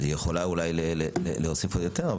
יכולה אולי להוסיף יותר,